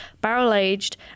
barrel-aged